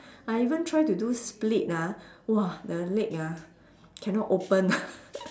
I even try to do split ah !wah! the leg ah cannot open